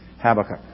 Habakkuk